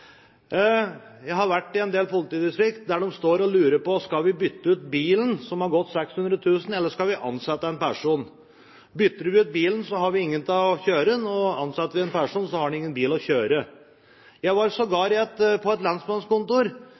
Jeg har vært i en del politidistrikter der de står og lurer på om de skal bytte ut bilen, som har gått 600 000, eller om de skal ansette en person. Bytter de ut bilen, har de ingen til å kjøre den, og ansetter de en person, så har han ingen bil å kjøre. Jeg var sågar på et lensmannskontor